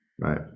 Right